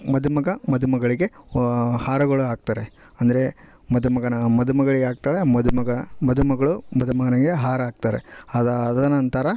ಮದುಮಗ ಮದುಮಗಳಿಗೆ ವ ಹಾರಗಳು ಹಾಕ್ತಾರೆ ಅಂದರೆ ಮದುಮಗನ ಮದುಮಗಳಿಗೆ ಹಾಕ್ತಾಳೆ ಮದುಮಗ ಮದುಮಗಳು ಮದುಮಗನಿಗೆ ಹಾರ ಹಾಕ್ತಾರೆ ಅದಾದನಂತರ